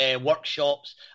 workshops